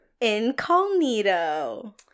incognito